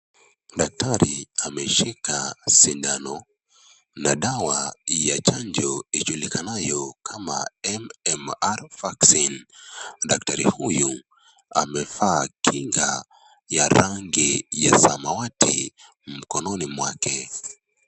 Daktari ameshika sindano na dawa ya chanjo ijulikanayo kama MMR vaccine daktari huyu amevaa kinga ya rangi ya samawati mkononi mwake.